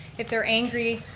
if they're angry,